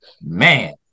man